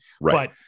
Right